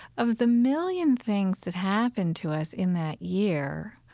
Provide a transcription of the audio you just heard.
of the million things that happened to us in that year,